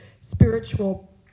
spiritual